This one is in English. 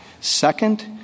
Second